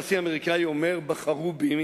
הנשיא האמריקני אומר: בחרו בי,